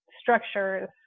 structures